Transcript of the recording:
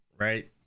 Right